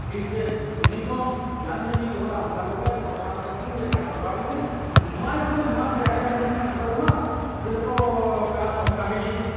ଫିଲ୍ଡ୍ରେ ଚିହ୍ନିଛନ୍ ଜାଣିଚନ୍ ଯେ ଇ ଲୋକ୍ଟା ଆମ୍କା ଲୋକ୍ ଆର୍ ଇ ଭଲ୍ କାମ୍ କର୍ସି କି ଏନ୍ତା କର୍ବା ବଲିକରି ନୂଆ ଲୋକ୍ ଗୁଟେ ନୂଆ ଚେହେରାକେ ଆମେ ଯଦି ଠାଡ଼୍ କରିଦେମା ସେ ଲୋକ୍ କାଣା ସବୁ ଗାଁକେ ଯାଇଚେ